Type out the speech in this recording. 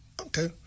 Okay